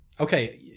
Okay